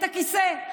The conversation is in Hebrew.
את הכיסא.